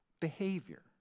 behavior